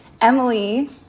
Emily